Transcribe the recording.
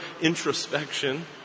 introspection